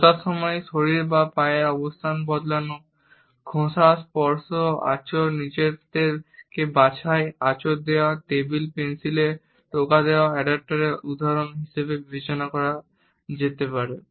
বসার সময় শরীর বা পায়ের অবস্থান বদলানো ঘষা স্পর্শ আঁচড় নিজেকে বাছাই আঁচড় দেওয়া টেবিলে পেন্সিল টোকা দেওয়া অ্যাডাপ্টরের উদাহরণ হিসাবে বিবেচনা করা যেতে পারে